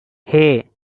hey